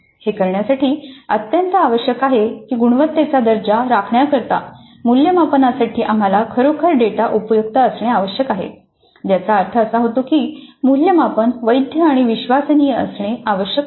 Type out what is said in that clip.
हे करण्यासाठी हे अत्यंत आवश्यक आहे की गुणवत्तेचा दर्जा राखण्याकरता मूल्यमापनासाठी आम्हाला खरोखर डेटा उपयुक्त असणे आवश्यक आहे ज्याचा अर्थ असा होतो की मूल्यमापन वैध आणि विश्वसनीय असणे आवश्यक आहे